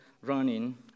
running